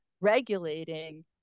regulating